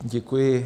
Děkuji.